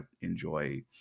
enjoy